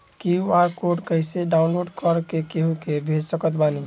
QR code कइसे download कर के केहु के भेज सकत बानी?